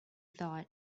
thought